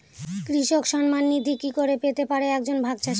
কৃষক সন্মান নিধি কি করে পেতে পারে এক জন ভাগ চাষি?